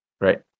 right